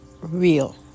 real